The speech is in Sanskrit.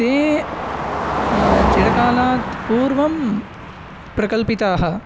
ये चिरकालात् पूर्वं प्रकल्पिताः